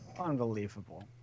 Unbelievable